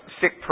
sick